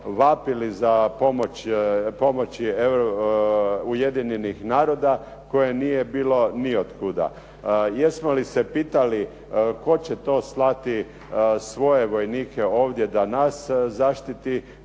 vapili za pomoći Ujedinjenih naroda koje nije bilo ni otkuda. Jesmo li se pitali tko će to slati svoje vojnike ovdje da nas zaštiti